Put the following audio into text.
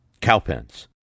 Cowpens